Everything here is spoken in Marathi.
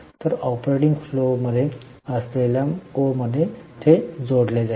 तर ऑपरेटिंग फ्लोसमध्ये असलेल्या ओ मध्ये ते जोडले जाईल